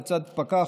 לצד פקח,